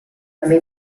també